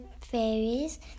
fairies